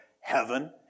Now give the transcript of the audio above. heaven